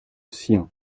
sien